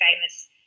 famous